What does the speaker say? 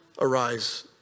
Arise